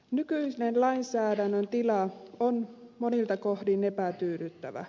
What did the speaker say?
nykyinen lainsäädännön tila on monilta kohdin epätyydyttävä